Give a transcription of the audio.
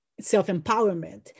self-empowerment